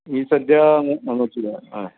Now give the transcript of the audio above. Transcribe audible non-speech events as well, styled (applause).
ही सद्याक मांगोरची (unintelligible) हय